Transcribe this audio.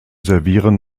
servieren